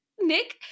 Nick